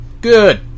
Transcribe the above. Good